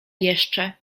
jeszcze